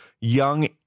young